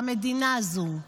למדינה הזו.